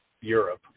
Europe